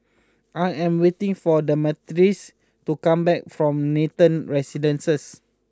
I am waiting for Damaris to come back from Nathan Residences